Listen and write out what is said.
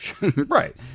Right